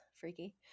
freaky